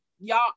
Y'all